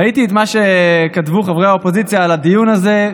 ראיתי את מה שכתבו חברי האופוזיציה על הדיון הזה,